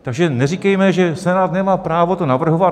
Takže neříkejme, že Senát nemá právo to navrhovat.